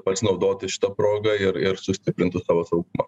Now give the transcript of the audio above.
pasinaudoti šita proga ir ir sustiprintų savo saugumą